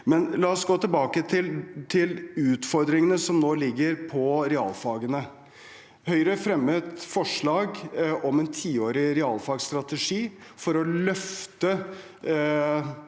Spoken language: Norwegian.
la oss gå tilbake til utfordringene som nå ligger på realfagene: Høyre fremmet forslag om en tiårig realfagsstrategi for å løfte